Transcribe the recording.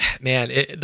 man